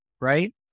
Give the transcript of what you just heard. right